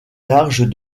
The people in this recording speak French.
larges